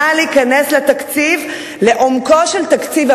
נא להיכנס לתקציב, לעומקו של תקציב.